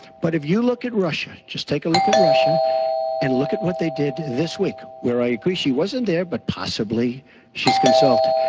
but if you look at russia, just take a look at russia and look at what they did this week, and i agree she wasn't there, but possibly she's consulted.